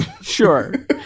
Sure